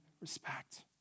respect